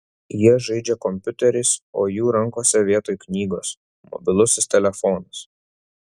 jie žaidžia kompiuteriais o jų rankose vietoj knygos mobilusis telefonas